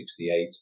1968